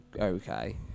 okay